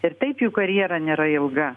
ir taip jų karjera nėra ilga